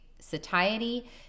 satiety